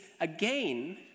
again